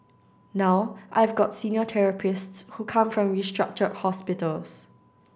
now I've got senior therapists who come from restructured hospitals